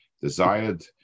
desired